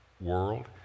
world